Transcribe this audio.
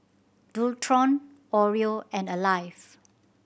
Dualtron Oreo and Alive